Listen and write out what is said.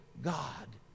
God